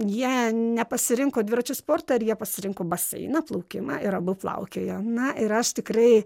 jie nepasirinko dviračių sportą ir jie pasirinko baseiną plaukimą ir abu plaukioja na ir aš tikrai